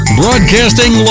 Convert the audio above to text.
broadcasting